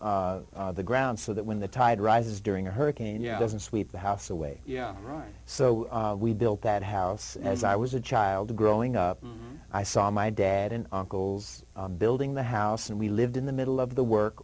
off the ground so that when the tide rises during a hurricane yeah doesn't sweep the house away yeah right so we built that house as i was a child growing up i saw my dad and uncles building the house and we lived in the middle of the work